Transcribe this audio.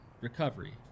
recovery